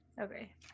Okay